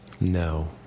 No